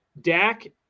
Dak